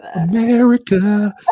America